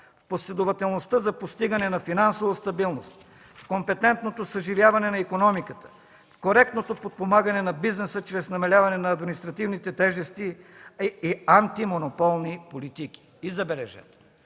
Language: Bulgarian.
в последователността за постигане на финансова стабилност, компетентното съживяване на икономиката, коректното подпомагане на бизнеса чрез намаляване на административните тежести и антимонополни политики! И забележете,